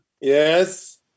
Yes